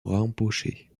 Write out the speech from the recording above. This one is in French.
rinpoché